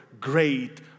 great